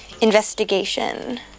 Investigation